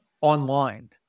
online